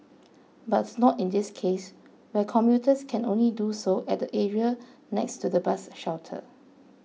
but not in this case where commuters can only do so at the area next to the bus shelter